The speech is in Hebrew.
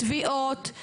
תביעות,